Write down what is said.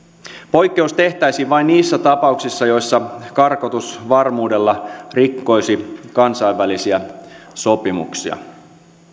poikkeus tehtäisiin vain niissä tapauksissa joissa karkotus varmuudella rikkoisi kansainvälisiä sopimuksia